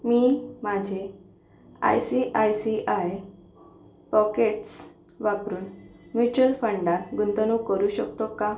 मी माझे I C I C I pockets वापरून mutual फंडात गुंतवणूक करू शकतो का